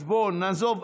אז בוא נעזוב.